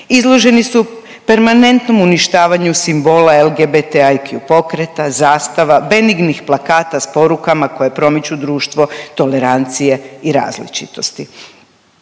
Izloženi su permanentnom uništavanju simbola LGBT(IQ) pokreta, zastava, benignih plakata s porukama koje promiču društvo tolerancije i različitosti.